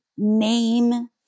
Name